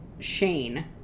shane